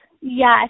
yes